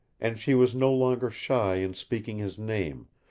and she was no longer shy in speaking his name,